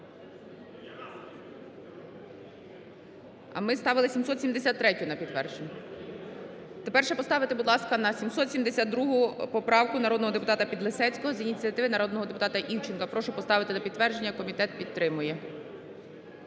А ми ставили 773-ю на підтвердження. Тепер ще поставити, будь ласка, на 772 поправку народного депутата Підлісецького за ініціативи народного депутата Івченка. Прошу поставити на підтвердження. Комітет підтримує.